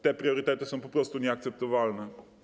Te priorytety są po prostu nieakceptowalne.